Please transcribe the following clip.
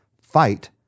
fight